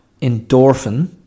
endorphin